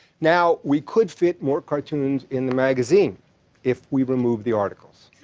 now, we could fit more cartoons in the magazine if we removed the articles.